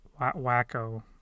wacko